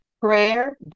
Prayer